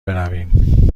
برویم